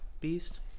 beast